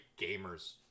gamers